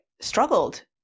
struggled